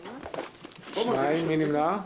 2. מי נמנע?